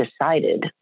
decided